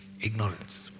Ignorance